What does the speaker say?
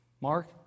Mark